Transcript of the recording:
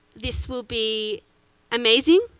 this will be amazing.